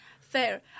Fair